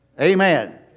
Amen